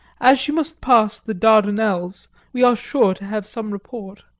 as she must pass the dardanelles we are sure to have some report.